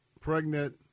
pregnant